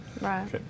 right